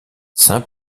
saint